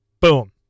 boom